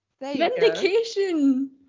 Vindication